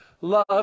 Love